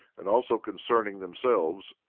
and also concerning themselves,